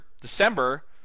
December